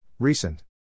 Recent